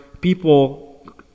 people